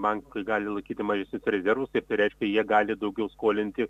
bankai gali laikyti mažesnius rezervus taip tai reiškia jie gali daugiau skolinti